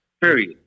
Period